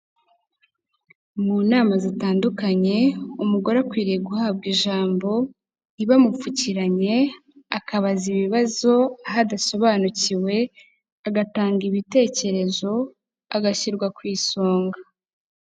Mu nama zitandukanye, umugore akwiriye guhabwa ijambo, ntibamupfukiranye, akabaza ibibazo aho adasobanukiwe, agatanga ibitekerezo, agashyirwa ku isonga.